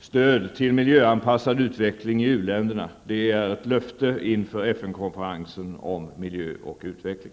stöd till miljöanpassad utveckling i u-länderna. Det är ett löfte inför FN-konferensen om miljö och utveckling.